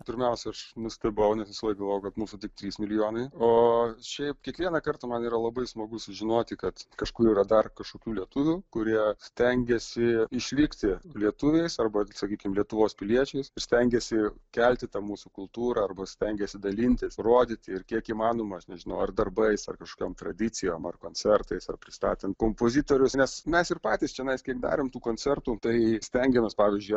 pirmiausia aš nustebau nes visąlaik galvojau kad mūsų tik trys milijonai o šiaip kiekvieną kartą man yra labai smagu sužinoti kad kažkur yra dar kažkokių lietuvių kurie stengiasi išlikti lietuviais arba sakykim lietuvos piliečiais stengiasi kelti tą mūsų kultūrą arba stengiasi dalintis rodyti ir kiek įmanoma aš nežinau ar darbais ar kažkokiom tradicijom ar koncertais ar pristatant kompozitorius nes mes ir patys čionais kiek darėm tų koncertų tai stengiamės pavyzdžiui